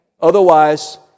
Otherwise